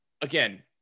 again